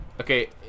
Okay